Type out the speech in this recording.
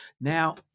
Now